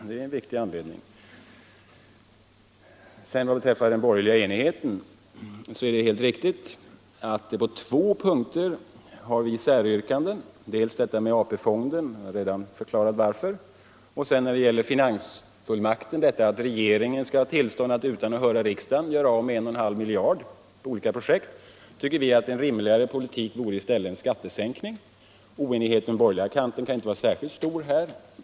Det är en viktig anledning till vår kritik. Vad beträffar den borgerliga enigheten är det helt riktigt att vi mo derater på två punkter har säryrkanden, dels när det gäller AP-fonden — jag har redan förklarat varför — och dels när det gäller finansfullmakten, detta att regeringen skall ha tillstånd att utan att höra riksdagen göra av med 1,5 miljarder på olika projekt. Vi tycker att en rimligare politik i stället vore en skattesänkning. Men oenigheten på den borgerliga kanten kan inte vara särskilt stor här.